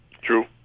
True